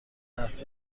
حرف